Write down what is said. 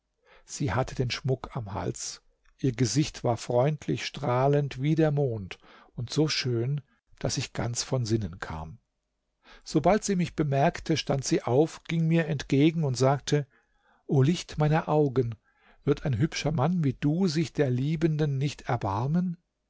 sie hatte den schmuck am hals ihr gesicht war freundlich strahlend wie der mond und so schön daß ich ganz von sinnen kam sobald sie mich bemerkte stand sie auf ging mir entgegen und sagte o licht meiner augen wird ein hübscher mann wie du sich der liebenden nicht erbarmen